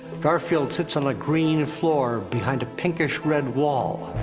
garfield sits on a green floor, behind a pinkish red wall.